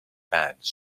pants